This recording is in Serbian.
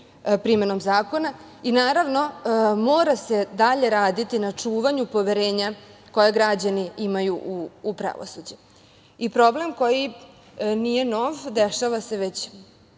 primenom zakona. I naravno, mora se dalje raditi na čuvanju poverenja koje građani imaju u pravosuđe. Problem koji nije nov, dešava se već